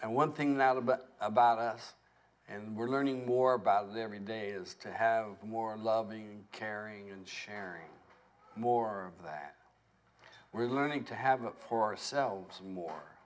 and one thing now but about us and we're learning more about their every day is to have a more loving caring and sharing more that we're learning to have for our selves more